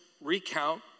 recount